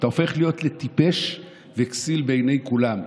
אתה הופך להיות טיפש וכסיל בעיני כולם,